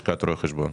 עם לשכת רואי חשבון.